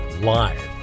live